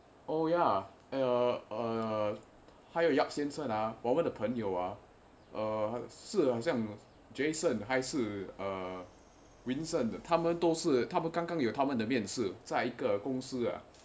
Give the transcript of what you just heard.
oh ya uh uh 还有 yap 先生啊我们的朋友啊是很像 jason 还是 err vincent 的他们都是他们刚刚有他们的面试在一个公司